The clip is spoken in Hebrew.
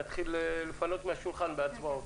נתחיל לפנות מהשולחן בהצבעות.